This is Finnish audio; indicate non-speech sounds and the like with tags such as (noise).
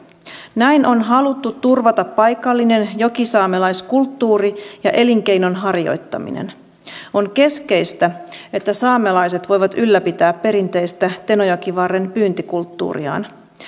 näin on haluttu turvata paikallinen jokisaamelaiskulttuuri ja elinkeinon harjoittaminen (unintelligible) on keskeistä (unintelligible) että saamelaiset voivat ylläpitää perinteistä tenojokivarren pyyntikulttuuriaan